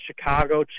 Chicago